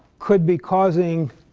could be causing